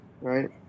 right